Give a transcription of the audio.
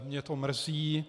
Mě to mrzí.